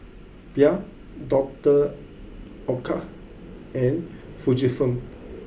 Bia Doctor Oetker and Fujifilm